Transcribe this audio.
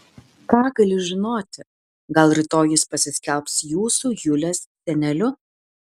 ką gali žinoti gal rytoj jis pasiskelbs jūsų julės seneliu